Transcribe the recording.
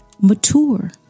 mature